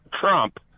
Trump